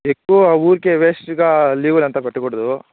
ఎక్కువ ఊరికే వేస్ట్గా లీవ్లు అంతా పెట్టకూడదు